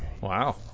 Wow